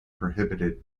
prohibited